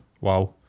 Wow